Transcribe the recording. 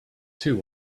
too